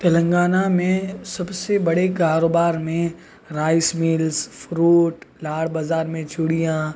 تلگانہ میں سب سے بڑے کاروبار میں رائس میلس فروٹ لاڑ بازار میں چوڑیاں